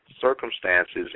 circumstances